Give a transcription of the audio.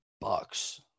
Bucks